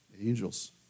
Angels